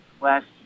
last